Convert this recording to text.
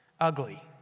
Ugly